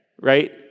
right